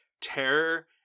terror